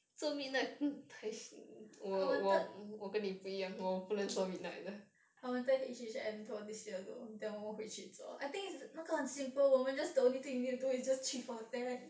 I wanted I wanted H C M though this year though then 我们回去做 I think 那个很 simple 我们 just the only thing you need to do is just 去 for ten